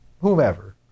whomever